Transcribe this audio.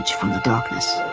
from the darkness.